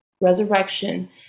resurrection